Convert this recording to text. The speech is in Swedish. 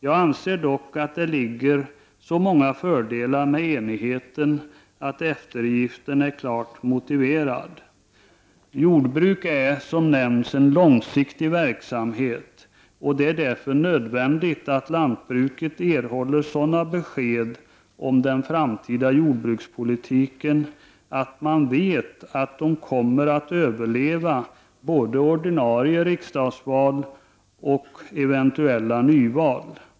Jag anser dock att enighet medför så många fördelar att eftergifterna är klart motiverade. Jordbruk bedrivs, som nämnts, som en långsiktig verksamhet. Det är därför nödvändigt att lantbruket erhåller sådana besked om den framtida jordbrukspolitiken att man vet att de kommer att överleva både ordinarie riksdagsval och eventuella nyval.